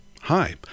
Hi